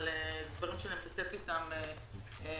אבל אלה דברים שאני מתעסקת בהם ביום-יום